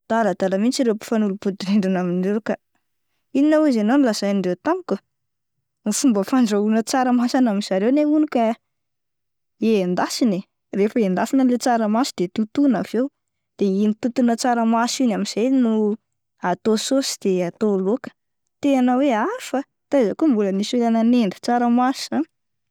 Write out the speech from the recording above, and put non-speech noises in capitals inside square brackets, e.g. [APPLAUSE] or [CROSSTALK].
Adaladala mihintsy ireo mpifanolo-bodirindrina [LAUGHS] aminao reo kah, inona ozy ianao no nolazain'ireo tamiko ,ny fomba fandrahoana tsaramaso any amin'ny zareo anie hono ka endasina eh, [LAUGHS] rehefa endasina le tsaramaso de totoina avy eo, de iny totona tsaramaso iny amin'zay no atao sôsy de atao lôka, tena hoe hafa ah!, taiza koa no mbola nisy olona nanendy tsaramaso izany.